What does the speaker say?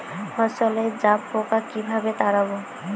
ফসলে জাবপোকা কিভাবে তাড়াব?